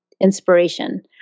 inspiration